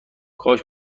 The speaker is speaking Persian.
کاش